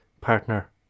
partner